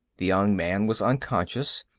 the young man was unconscious,